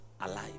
alive